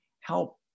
help